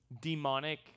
demonic